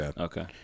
Okay